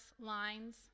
lines